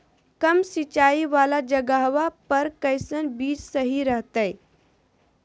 कम सिंचाई वाला जगहवा पर कैसन बीज सही रहते?